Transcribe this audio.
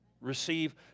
Receive